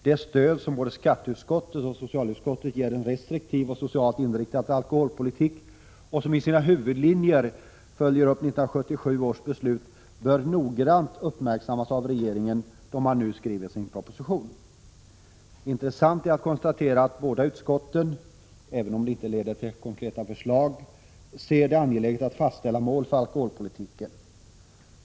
Det stöd som både skatteutskottet och socialutskottet ger en restriktiv och socialt inriktad alkoholpolitik, vilken i sina huvudlinjer följer upp 1977 års beslut, bör noggrant uppmärksammas av regeringen då den nu skriver sin proposition. Intressant är att konstatera att båda utskotten — även om det inte leder till konkreta förslag — ser det angeläget att fastställa mål för alkoholpolitiken.